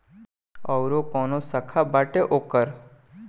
आयूरो काऊनो शाखा बाटे ओकर